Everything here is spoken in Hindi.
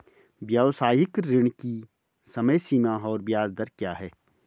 व्यावसायिक ऋण की समय सीमा और ब्याज दर क्या है?